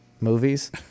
movies